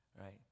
right